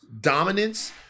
dominance